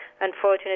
unfortunately